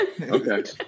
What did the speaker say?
Okay